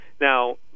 Now